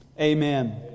Amen